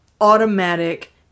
automatic